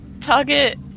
Target